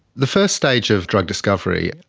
the first stage of drug discovery,